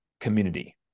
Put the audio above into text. community